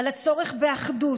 על הצורך באחדות,